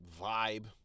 vibe